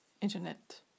internet